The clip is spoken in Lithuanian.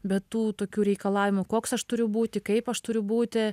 be tų tokių reikalavimų koks aš turiu būti kaip aš turiu būti